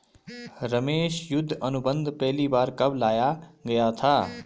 रमेश युद्ध अनुबंध पहली बार कब लाया गया था?